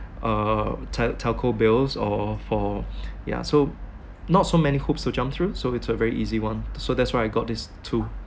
uh tel~ telco bills or for yeah so not so many hoops to jump through so it's a very easy one so that's why I got these two